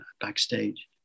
backstage